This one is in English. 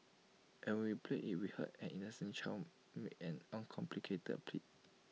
and when we played IT we heard an innocent child make an uncomplicated plea